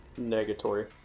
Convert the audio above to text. Negatory